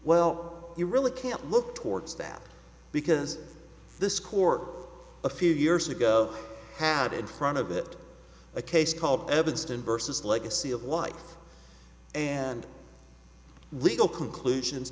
well you really can't look towards that because this court a few years ago had in front of it a case called evanston vs legacy of life and legal conclusions